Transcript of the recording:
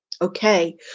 okay